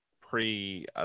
pre